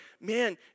man